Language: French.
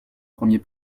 premier